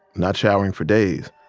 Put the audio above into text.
not showering for days,